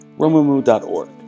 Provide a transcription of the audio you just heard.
Romumu.org